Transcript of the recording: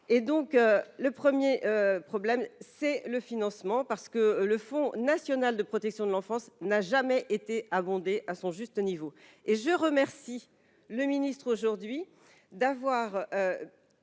le 1er problème c'est le financement parce que le Fonds national de protection de l'enfance n'a jamais été abondé à son juste niveau et je remercie le ministre aujourd'hui d'avoir,